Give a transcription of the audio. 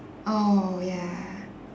oh ya